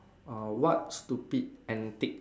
uh what stupid antic